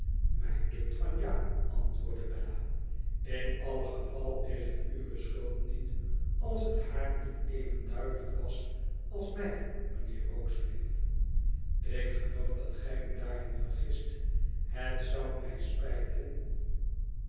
ja antwoordde bella in alle geval is het uwe schuld niet als het haar niet even duidelijk was als mij mijnheer rokesmith ik hoop dat gij u daarin vergist het zou mij spijten